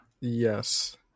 Yes